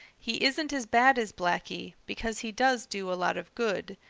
he isn't as bad as blacky, because he does do a lot of good.